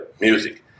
music